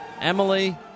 Emily